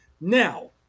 Now